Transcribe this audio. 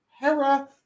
Hera